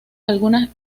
algunas